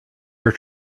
your